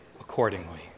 accordingly